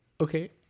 Okay